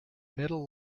middle